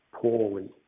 Poorly